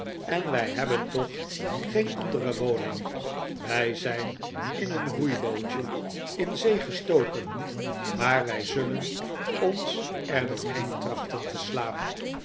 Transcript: en wij hebben toch geen andere woning wij zijn in een roeibootje in zee gestoken maar wij zullen ons er doorheen trachten te slaan